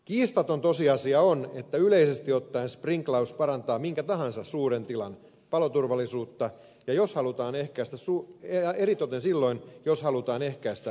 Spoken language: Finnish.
kiistaton tosiasia on että yleisesti ottaen sprinklaus parantaa minkä tahansa suuren tilan paloturvallisuutta ja jos halutaan ehkäistä suu ja eritoten silloin jos halutaan ehkäistä suuronnettomuuksia